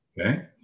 Okay